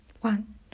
one